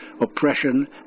oppression